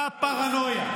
מה הפרנויה?